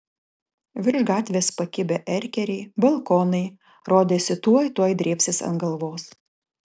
virš gatvės pakibę erkeriai balkonai rodėsi tuoj tuoj drėbsis ant galvos